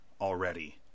already